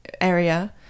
area